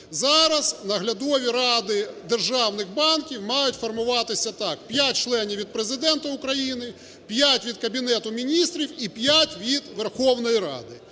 Зараз наглядові ради державних банків мають формуватися так: 5 членів – від Президента України, 5 – від Кабінету Міністрів і 5 – від Верховної Ради.